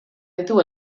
ditu